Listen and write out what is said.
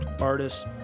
artists